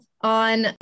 on